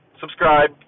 subscribe